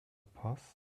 paz